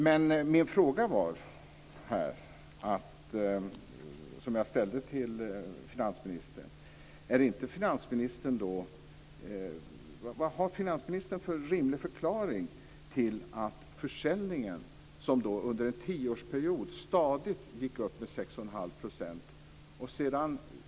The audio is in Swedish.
Den fråga jag ställde till finansministern var vad finansministern har för rimlig förklaring. Först gick försäljningen under en tioårsperiod stadigt upp med 6,5 %.